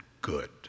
good